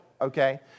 Okay